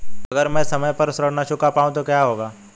अगर म ैं समय पर ऋण न चुका पाउँ तो क्या होगा?